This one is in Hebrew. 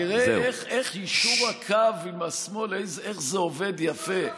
תראה איך יישור הקו עם השמאל, איך זה עובד יפה.